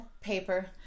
Paper